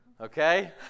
Okay